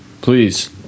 Please